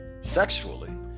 sexually